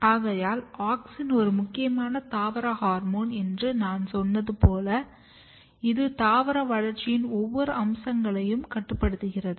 ஆகையால் ஆக்ஸின் ஒரு முக்கியமான தாவர ஹார்மோன் என்று நான் சொன்னது போல் இது தாவர வளர்ச்சியின் ஒவ்வொரு அம்சங்களையும் கட்டுப்படுத்துகிறது